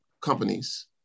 Companies